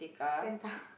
Santa